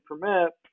permit